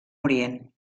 orient